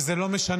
וזה לא משנה,